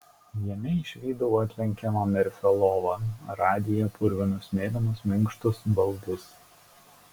jame išvydau atlenkiamąją merfio lovą radiją ir purvinus mėlynus minkštus baldus